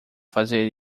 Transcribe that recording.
fazer